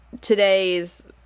today's